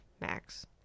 Max